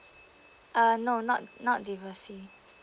uh no not not divorcee